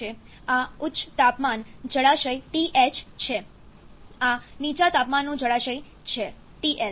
આ ઉચ્ચ તાપમાન જળાશય TH છે આ નીચા તાપમાનનું જળાશય છે TL